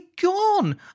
gone